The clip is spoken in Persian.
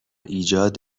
ایجاد